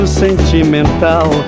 sentimental